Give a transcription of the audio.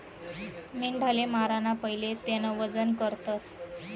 मेंढाले माराना पहिले तेनं वजन करतस